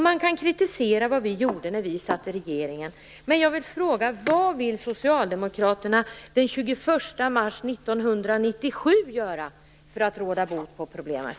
Man kan kritisera vad vi gjorde när vi satt i regeringen, men jag vill fråga: Vad vill Socialdemokraterna den 21 mars 1997 göra för att råda bot på problemet?